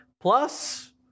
plus